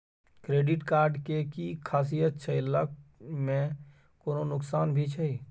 Credit card के कि खासियत छै, लय में कोनो नुकसान भी छै?